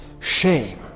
Shame